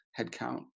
headcount